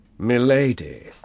Milady